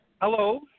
Hello